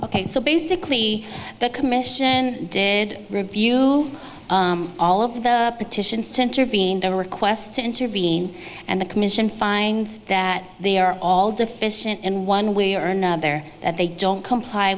ok so basically the commission did review all of the petitions to intervene the request to intervene and the commission finds that they are all deficient in one way or another that they don't comply